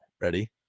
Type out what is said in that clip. Ready